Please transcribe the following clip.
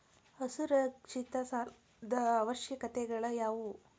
ಅಸುರಕ್ಷಿತ ಸಾಲದ ಅವಶ್ಯಕತೆಗಳ ಯಾವು